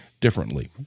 differently